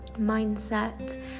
mindset